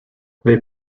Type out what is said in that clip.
they